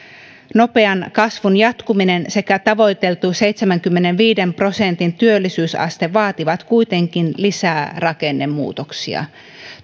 nopean kasvun jatkuminen sekä tavoiteltu seitsemänkymmenenviiden prosentin työllisyysaste vaativat kuitenkin lisää rakennemuutoksia